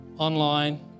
online